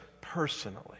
personally